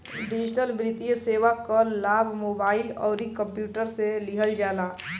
digital वित्तीय सेवा कअ लाभ मोबाइल अउरी कंप्यूटर से लिहल जाला